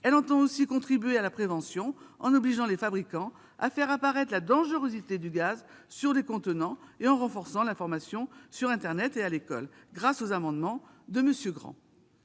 elle entend contribuer à la prévention, en obligeant les fabricants à faire apparaître la dangerosité du gaz sur les contenants et en renforçant l'information sur internet et à l'école- grâce aux amendements de M. Grand.